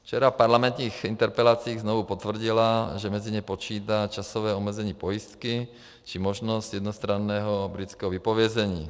Včera v parlamentních interpelacích znovu potvrdila, že mezi ně počítá časové omezení pojistky či možnost jednostranného britského vypovězení.